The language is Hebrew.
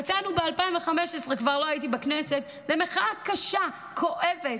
יצאנו ב-2015 במחאה קשה וכואבת,